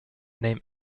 name